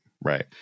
right